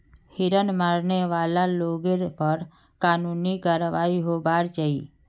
हिरन मारने वाला लोगेर पर कानूनी कारवाई होबार चाई